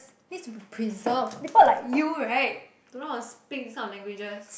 needs to be preserved people like you right don't know how to speak this kind of languages